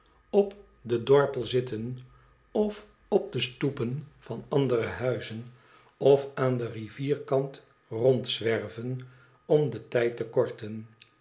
op den dorpel zitten of op de stoepen van andere huizen of aan den rivierkant rondzwerven om den tijd te korten